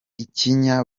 ikinya